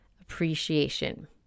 appreciation